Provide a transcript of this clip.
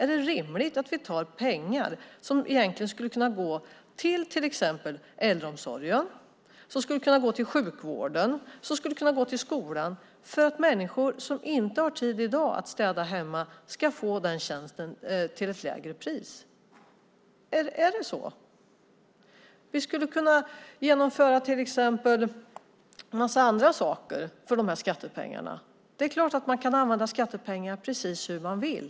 Är det rimligt att vi tar pengar som skulle kunna gå till exempel till äldreomsorgen, till sjukvården och till skolan för att människor som i dag inte har tid att städa hemma ska få den tjänsten till ett lägre pris? Är det så? Vi skulle kunna genomföra en massa andra saker för de här skattepengarna. Det är klart att man kan använda skattepengarna precis hur man vill.